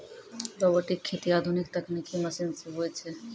robotic खेती आधुनिक तकनिकी मशीन से हुवै छै